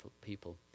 people